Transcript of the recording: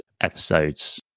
episodes